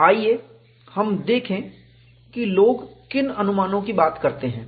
आइए हम देखें कि लोग किन अनुमानों की बात करते हैं